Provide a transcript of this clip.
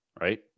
Right